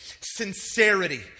sincerity